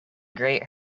great